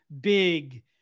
big